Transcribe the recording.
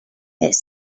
it’s